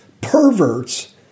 perverts